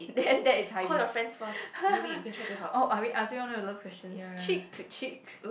then that is high risk oh are we I still want to do love questions cheek to cheek